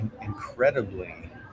incredibly